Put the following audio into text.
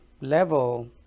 level